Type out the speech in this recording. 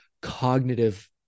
cognitive